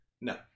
no